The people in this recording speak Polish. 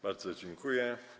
Bardzo dziękuję.